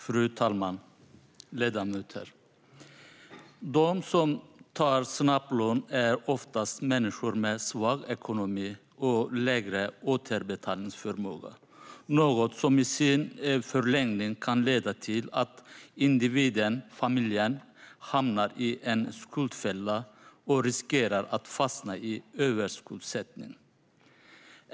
Fru talman! Ledamöter! De som tar snabblån är oftast människor med svag ekonomi och lägre återbetalningsförmåga. Det är något som i förlängningen kan leda till att individen eller familjen hamnar i en skuldfälla och riskerar att fastna i överskuldsättning.